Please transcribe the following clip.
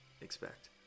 expect